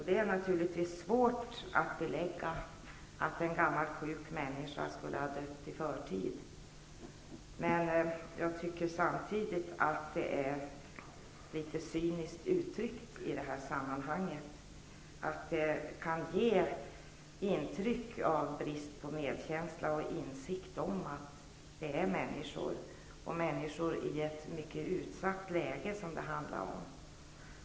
Det är naturligtvis svårt att belägga att en gammal sjuk människa skulle ha dött i förtid. Men jag tycker samtidigt att det är litet cyniskt uttryckt i det här sammanhanget. Det kan ge intryck av brist på medkänsla och insikt i att det är människor, och människor i ett mycket utsatt läge, som det handlar om.